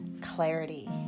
clarity